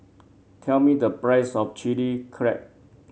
tell me the price of Chilli Crab